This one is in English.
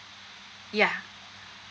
yeah